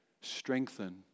strengthen